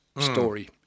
story